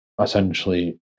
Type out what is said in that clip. essentially